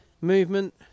movement